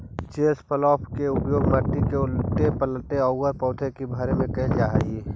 chisel plough के उपयोग मट्टी के उलऽटे पलऽटे औउर पौधा के भरे में कईल जा हई